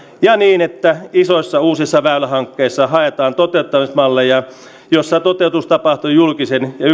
ja niin että isoissa uusissa väylähankkeissa haetaan toteuttamismalleja joissa toteutus tapahtuu julkisen ja